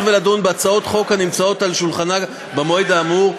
ולדון בהצעות חוק הנמצאות על שולחנה במועד האמור,